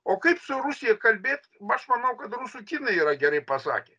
o kaip su rusija kalbėt aš manau kad rusų kinai yra gerai pasakę